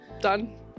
Done